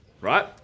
right